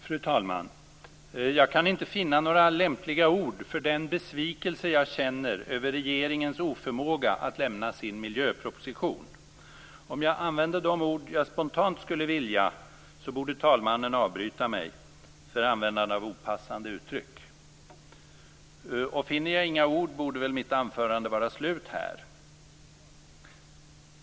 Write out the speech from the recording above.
Fru talman! Jag kan inte finna några lämpliga ord för den besvikelse jag känner över regeringens oförmåga att lämna sin miljöproposition. Om jag använde de ord jag spontant skulle vilja använda borde talmannen avbryta mig för användande av opassande uttryck. Och finner jag inga ord borde väl mitt anförande vara slut här.